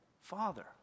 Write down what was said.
Father